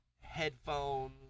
headphones